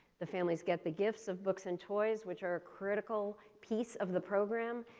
the families get the gifts of books and toys which are a critical piece of the program.